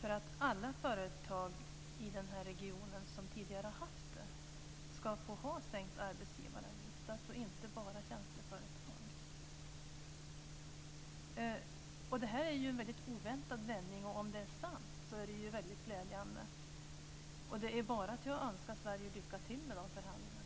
för att alla företag i den här regionen som tidigare har haft sänkt arbetsgivaravgift ska få behålla den, inte bara tjänsteföretag. Det här är en väldigt oväntad vändning. Om det är sant är det glädjande, och det är bara att önska Sverige lycka till med de förhandlingarna.